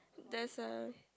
there's a